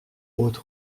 haute